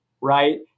right